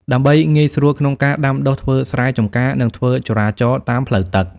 ដើម្បីងាយស្រួលក្នុងការដាំដុះធ្វើស្រែចម្ការ និងធ្វើចរាចរណ៍តាមផ្លូវទឹក។